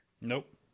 nope